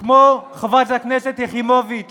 כמו חברת הכנסת יחימוביץ